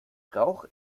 brauche